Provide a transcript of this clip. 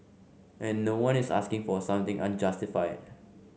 and no one is asking for something unjustified